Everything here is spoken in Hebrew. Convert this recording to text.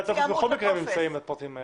בכל מקרה הפרטים האלה נמצאים.